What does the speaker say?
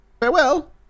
Farewell